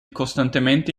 costantemente